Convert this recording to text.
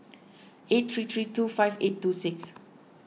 eight three three two five eight two six